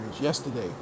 Yesterday